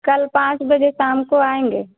कल पाँच बजे शाम को आएंगे